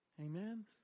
Amen